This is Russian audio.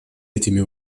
этими